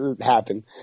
happen